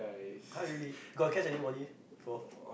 !huh! really got catch anybody before